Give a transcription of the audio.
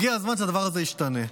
הגיע הזמן שהדבר הזה ישתנה.